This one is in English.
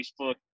Facebook